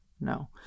no